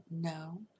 no